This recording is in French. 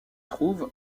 trouve